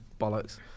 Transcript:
bollocks